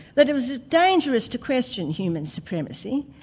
but it was dangerous to question human supremacy,